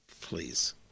Please